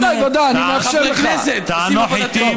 אנחנו חברי כנסת, עושים עבודתו.